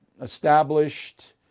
established